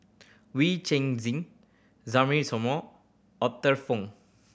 Wee Cheng Zin Arthur Fong